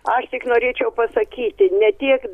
aš tik norėčiau pasakyti ne tiek